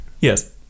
Yes